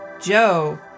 Joe